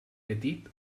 petit